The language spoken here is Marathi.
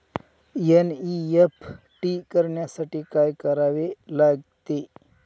एन.ई.एफ.टी करण्यासाठी काय करावे लागते?